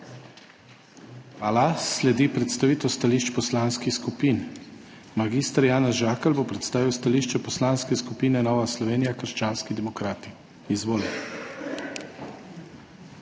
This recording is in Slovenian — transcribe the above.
Hvala. Sledi predstavitev stališč poslanskih skupin. Mag. Janez Žakelj bo predstavil stališče Poslanske skupine Nova Slovenija – krščanski demokrati. Izvolite.